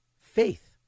faith